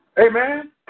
Amen